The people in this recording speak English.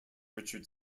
richard